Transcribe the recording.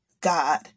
god